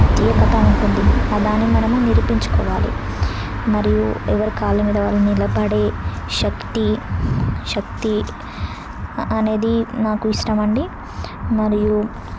ప్రత్యేకత ఉంటుంది దాన్ని మనము నిరూపించుకోవాలి మరియు ఎవరి కాళ్ళ మీద వాళ్ళు నిలబడే శక్తి శక్తి అనేది నాకు ఇష్టము అండి మరియు